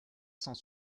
cent